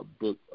book